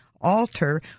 alter